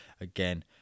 again